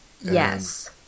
Yes